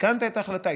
תיקנת את ההחלטה,